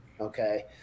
okay